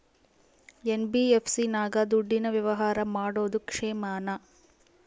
NBFC ನಾಗ ದುಡ್ಡಿನ ವ್ಯವಹಾರ ಮಾಡೋದು ಕ್ಷೇಮಾನ?